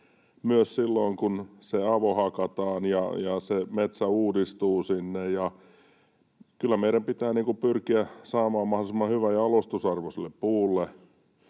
myös silloin, kun se avohakataan, ja se metsä uudistuu sinne, ja kyllä meidän pitää pyrkiä saamaan mahdollisimman hyvä jalostusarvo sille puulle.